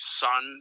son